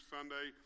Sunday